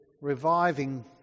reviving